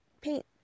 Paint